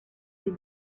ces